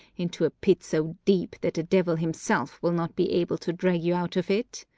into a pit so deep that the devil himself will not be able to drag you out of it!